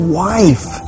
wife